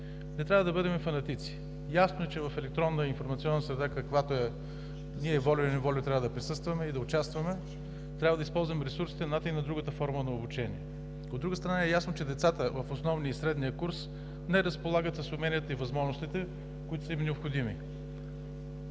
Не трябва да бъдем фанатици. Ясно е, че в електронна и информационна среда, в каквато ние, волю-неволю, трябва да присъстваме и да участваме, трябва да използваме ресурсите и на едната, и на другата форма на обучение. От друга страна, е ясно, че децата в основния и средния курс не разполагат с уменията и възможностите, които са им необходими.